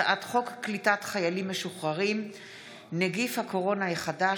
הצעת חוק קליטת חיילים משוחררים (נגיף הקורונה החדש,